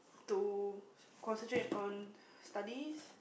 to concentrate on studies